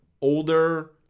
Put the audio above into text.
older